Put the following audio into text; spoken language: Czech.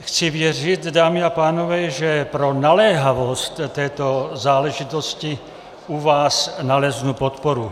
Chci věřit, dámy a pánové, že pro naléhavost této záležitosti u vás naleznu podporu.